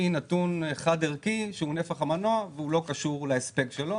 נתון חד ערכי שהוא נפח המנוע ולא קשור להספק שלו.